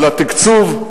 על התקצוב,